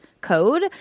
code